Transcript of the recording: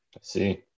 see